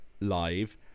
live